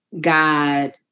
God